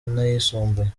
n’ayisumbuye